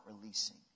releasing